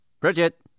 Bridget